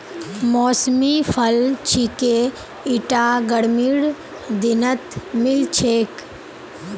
मौसमी फल छिके ईटा गर्मीर दिनत मिल छेक